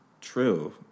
true